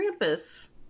Krampus